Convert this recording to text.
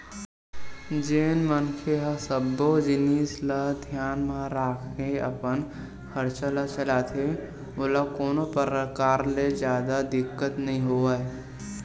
जेन मनखे ह सब्बो जिनिस ल धियान म राखके अपन खरचा ल चलाथे ओला कोनो परकार ले जादा दिक्कत नइ होवय